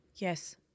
Yes